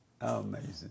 Amazing